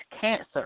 cancer